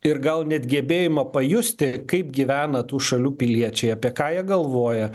ir gal net gebėjimo pajusti kaip gyvena tų šalių piliečiai apie ką jie galvoja